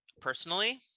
personally